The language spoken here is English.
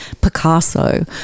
Picasso